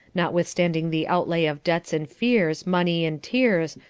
notwithstanding the outlay of doubts and fears, money and tears,